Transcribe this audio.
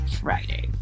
Friday